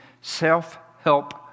self-help